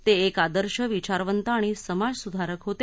ते एक आदर्श विचारवंत आणि समाजस्धारक होते